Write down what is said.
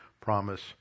promise